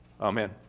Amen